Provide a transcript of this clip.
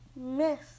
miss